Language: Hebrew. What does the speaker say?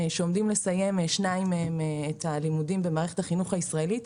שעומדים לסיים שניים מהם את הלימודים במערכת החינוך הישראלית,